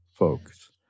folks